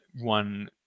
one